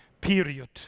period